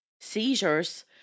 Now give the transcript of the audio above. seizures